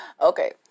Okay